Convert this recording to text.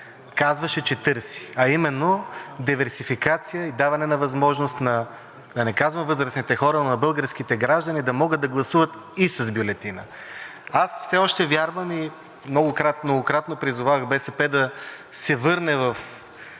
казваше, че търси, а именно диверсификация и даване на възможност – да не казвам на възрастните хора, но на българските граждани да могат да гласуват и с бюлетина. Аз все още вярвам и многократно призовах БСП да се върне на